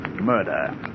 Murder